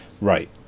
right